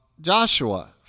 Joshua